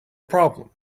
problem